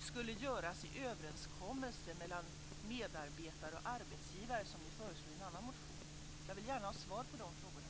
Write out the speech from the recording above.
skulle regleras genom överenskommelser mellan medarbetare och arbetsgivare, som ni föreslår i en annan motion? Jag vill gärna ha svar på dessa frågor.